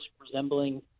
resembling